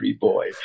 Boy